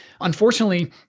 Unfortunately